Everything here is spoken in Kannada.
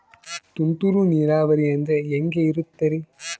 ತುಂತುರು ನೇರಾವರಿ ಅಂದ್ರೆ ಹೆಂಗೆ ಇರುತ್ತರಿ?